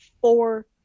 four